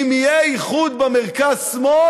אם יהיה איחוד במרכז-שמאל,